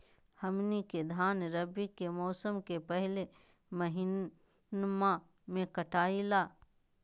हमनी के धान रवि के मौसम के पहले महिनवा में कटाई ला